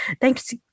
Thanks